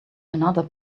another